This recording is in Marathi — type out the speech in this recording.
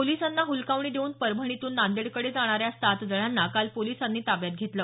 पोलिसांना हुलकावणी देऊन परभणीतून नांदेडकडे जाणाऱ्या सात जणांना काल पोलिसांनी ताब्यात घेतलं